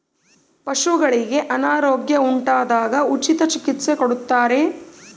ಪಶುಗಳಿಗೆ ಅನಾರೋಗ್ಯ ಉಂಟಾದಾಗ ಉಚಿತ ಚಿಕಿತ್ಸೆ ಕೊಡುತ್ತಾರೆಯೇ?